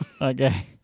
Okay